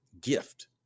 gift